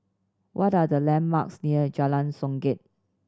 what are the landmarks near Jalan Songket